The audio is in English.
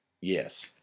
Yes